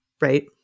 right